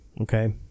Okay